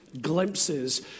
Glimpses